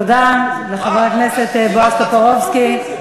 תודה לחבר הכנסת בועז טופורובסקי.